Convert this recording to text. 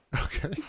Okay